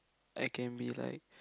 I can be like